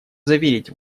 заверить